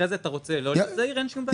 אחרי זה אתה רוצה לא להיות זעיר אין שום בעיה.